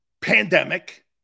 pandemic